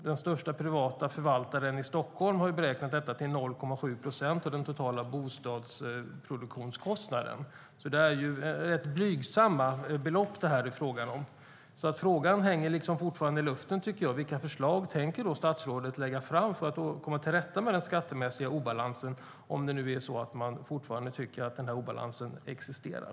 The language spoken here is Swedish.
Den största privata förvaltaren i Stockholm har beräknat detta till 0,7 procent av den totala bostadsproduktionskostnaden, så det är fråga om rätt blygsamma belopp. Frågan hänger fortfarande i luften: Vilka förslag tänker statsrådet lägga fram för att komma till rätta med den skattemässiga obalansen, om det nu är så att man fortfarande tycker att den obalansen existerar?